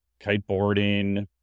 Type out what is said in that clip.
kiteboarding